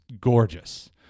gorgeous